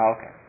Okay